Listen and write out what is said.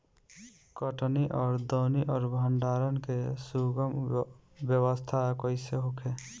कटनी और दौनी और भंडारण के सुगम व्यवस्था कईसे होखे?